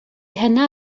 hynna